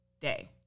day